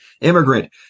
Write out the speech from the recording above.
Immigrant